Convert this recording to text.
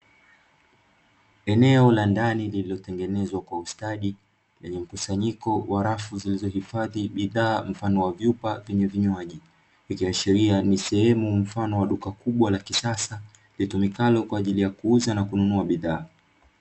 Eneo la ndani lililotengenezwa kwa ustadi lenye mkusanyiko wa rafu zilizohifadhi bidhaa mfano wa vyupa vyenye vinywaji. Ikiashiria ni sehemu mfano wa duka kubwa la kisasa litumikalo kwa ajili ya kuuza na kununua bidhaa.